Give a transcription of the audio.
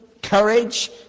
Courage